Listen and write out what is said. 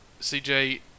CJ